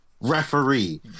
referee